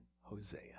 Hosea